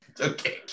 okay